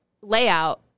layout